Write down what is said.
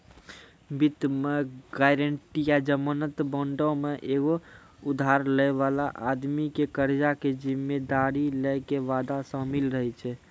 वित्त मे गायरंटी या जमानत बांडो मे एगो उधार लै बाला आदमी के कर्जा के जिम्मेदारी लै के वादा शामिल रहै छै